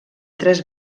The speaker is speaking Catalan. tres